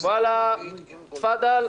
וואלה תפדאל,